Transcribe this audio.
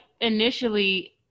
initially